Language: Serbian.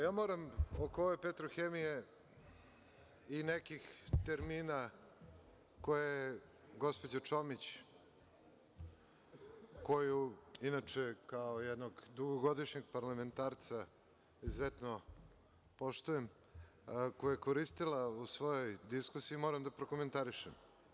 Ja moram oko ove „Petrohemije“ i nekih termina koje je gospođa Čomić, koju inače kao jednog dugogodišnjeg parlamentarca izuzetno poštujem, koje je koristila u svojoj diskusiji, moram da prokomentarišem.